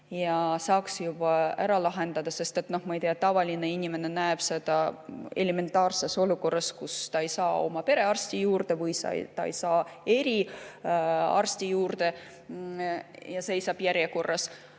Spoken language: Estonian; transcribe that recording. asja juba ära lahendada. Ma ei tea, tavaline inimene näeb seda elementaarses olukorras, kus ta ei saa oma perearsti juurde või ta ei saa eriarsti juurde ja seisab järjekorras.